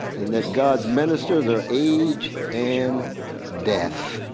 and that god's ministers are age and deaf.